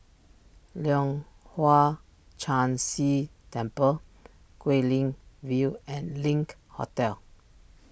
Leong Hwa Chan Si Temple Guilin View and Link Hotel